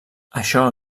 això